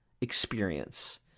experience